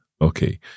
okay